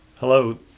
Hello